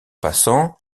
passant